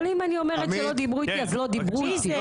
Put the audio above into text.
אבל אם אני אומרת שלא דיברו איתי אז לא דיברו איתי.